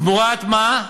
תמורת מה?